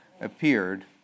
appeared